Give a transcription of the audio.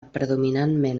predominantment